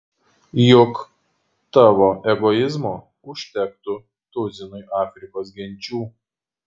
juk tavo egoizmo užtektų tuzinui afrikos genčių